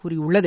கூறியுள்ளது